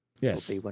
Yes